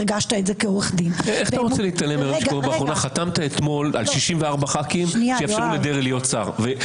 מבין שניצלתם את זמן הדיבור של הפתיחה בקטיעת הדברים שלי ושל